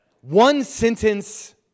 one-sentence